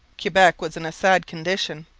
quebec was in a sad condition.